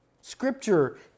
Scripture